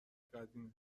قدیمه